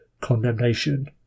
condemnation